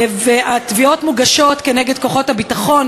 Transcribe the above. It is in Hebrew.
והתביעות מוגשות כנגד כוחות הביטחון,